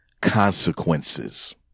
consequences